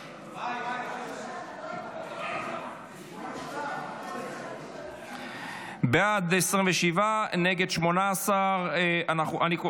18. אני קובע